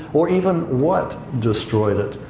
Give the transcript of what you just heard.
or even what destroyed it.